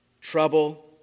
trouble